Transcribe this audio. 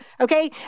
okay